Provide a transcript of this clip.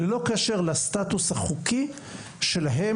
ללא קשר לסטטוס החוקי שלהם,